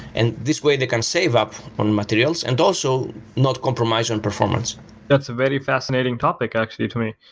and this way they can save up on materials and also not comprise on performance that's a very fascinating topic actually to me.